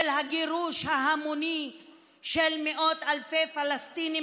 של הגירוש ההמוני של מאות אלפי פלסטינים